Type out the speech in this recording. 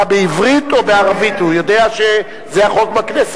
אומר: עד שהבקשה במלואה לא תהיה בפנינו,